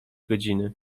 godziny